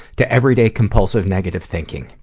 to everyday compulsive negative thinking.